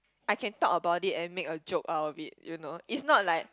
I can talk about it and make a joke out of it you know it's not like